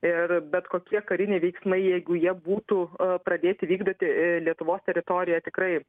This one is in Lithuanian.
ir bet kokie kariniai veiksmai jeigu jie būtų pradėti vykdyti lietuvos teritorijoje tikrai